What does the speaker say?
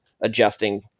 adjusting